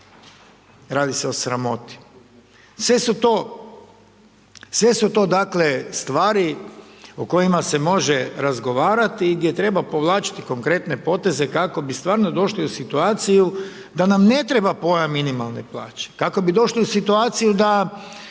radi se o sramoti. Sve su to, dakle, stvari o kojima se može razgovarati i gdje treba povlačiti konkretne poteze kako bi stvarno došli u situaciju da nam ne treba pojam minimalne plaće, kako bi došli u situaciju da